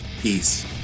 Peace